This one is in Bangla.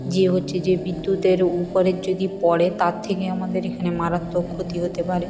যে হচ্ছে যে বিদ্যুতের উপরে যদি পড়ে তার থেকে আমাদের এখানে মারাত্মক ক্ষতি হতে পারে